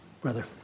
Brother